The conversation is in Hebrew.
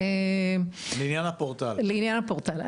לעניין הפורטל,